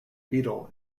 beetle